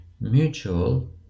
mutual